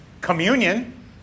communion